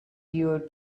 year